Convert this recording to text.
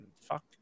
Fuck